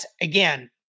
again